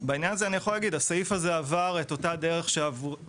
בעניין הזה אני יכול להגיד שהסעיף הזה עבר את אותה דרך שעברה